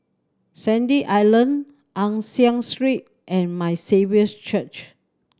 Sandy Island Ann Siang Three and My Saviour's Church